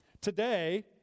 Today